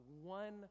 one